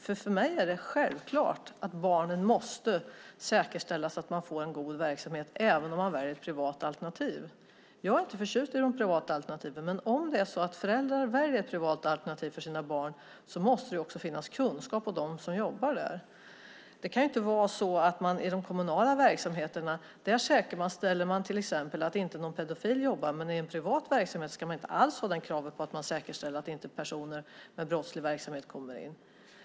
För mig är det självklart att det måste säkerställas att barnen får en god verksamhet även om man väljer ett privat alternativ. Jag är inte förtjust i de privata alternativen, men om det är så att föräldrar väljer ett privat alternativ för sina barn måste det finnas kunskap hos dem som jobbar där. I de kommunala verksamheterna säkerställs till exempel att inte någon pedofil jobbar där, men i en privat verksamhet har man inte alls något krav på att säkerställa att inte personer med brottslig verksamhet kommer in.